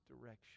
direction